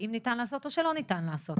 האם ניתן לעשות או שלא ניתן לעשות.